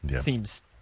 seems